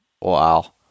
Wow